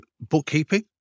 bookkeeping